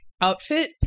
outfit